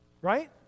right